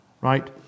right